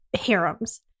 harems